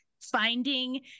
finding